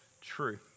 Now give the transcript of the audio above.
true